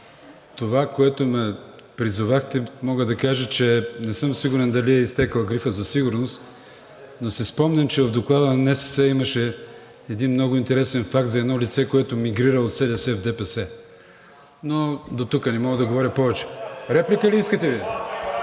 това, за което ме призовахте, мога да кажа –не съм сигурен дали е изтекъл грифът за сигурност, но си спомням, че в доклада на НСС имаше един много интересен факт за едно лице, което мигрира от СДС в ДПС. Но дотук, не мога да говоря повече. (Шум и реплики